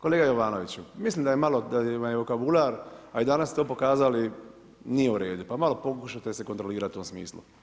Kolega Jovanoviću, mislim da vam je vokabular, a i danas ste to pokazali, nije u redu pa malo pokušajte se kontrolirati u tom smislu.